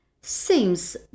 seems